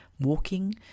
walking